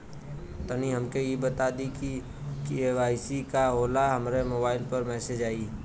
तनि हमके इ बता दीं की के.वाइ.सी का होला हमरे मोबाइल पर मैसेज आई?